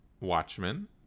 Watchmen